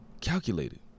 Calculated